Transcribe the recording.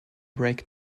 break